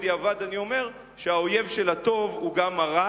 בדיעבד אני אומר שהאויב של הטוב הוא גם הרע